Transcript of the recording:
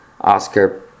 Oscar